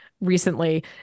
recently